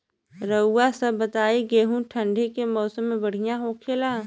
रउआ सभ बताई गेहूँ ठंडी के मौसम में बढ़ियां होखेला?